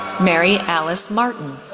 mary alyce martin,